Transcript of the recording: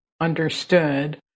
understood